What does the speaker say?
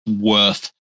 worth